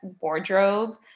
wardrobe